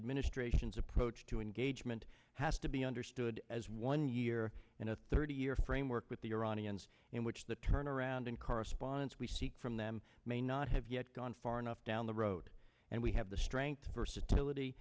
administration's approach engagement has to be understood as one year in a thirty year framework with the iranians in which the turnaround in correspondence we seek from them may not have gone far enough down the road and we have the strength versatility